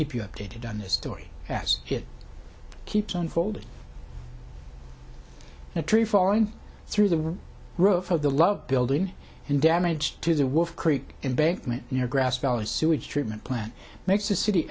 keep you updated on this story as it keeps unfolding a tree falling through the roof of the love building and damage to the wolf creek embankment near grass valley a sewage treatment plant makes the city